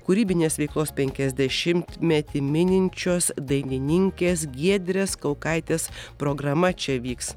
kūrybinės veiklos penkiasdešimtmetį mininčios dainininkės giedrės kaukaitės programa čia vyks